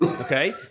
Okay